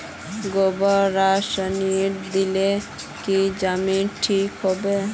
गोबर रासायनिक दिले की जमीन ठिक रोहबे?